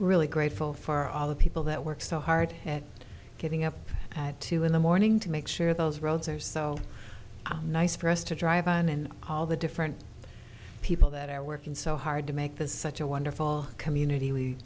really grateful for all the people that work so hard at getting up at two in the morning to make sure those roads are so nice for us to drive on and all the different people that are working so hard to make this such a wonderful community we